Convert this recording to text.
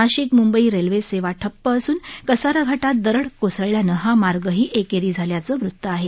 Nashik Mumbai railway सेवा ठप्प असून कसारा घाटात दरड कोसळल्यानं हा मार्गही एकेरी झाल्याचं वृत्त आहे